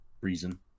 reason